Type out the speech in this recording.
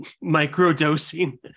micro-dosing